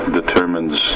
determines